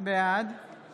בעד